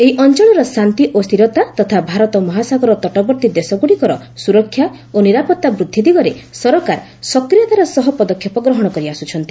ଏହି ଅଞ୍ଚଳର ଶାନ୍ତି ଓ ସ୍ଥିରତା ତଥା ଭାରତ ମହାସାଗର ତଟବର୍ତ୍ତୀ ଦେଶଗୁଡ଼ିକର ସୁରକ୍ଷା ଓ ନିରାପତ୍ତା ବୃଦ୍ଧି ଦିଗରେ ସରକାର ସକ୍ରିୟତାର ସହ ପଦକ୍ଷେପ ଗ୍ରହଣ କରି ଆସ୍କୁଛନ୍ତି